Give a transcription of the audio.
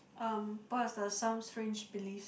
um what're the some strange beliefs